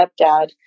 stepdad